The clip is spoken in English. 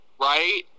right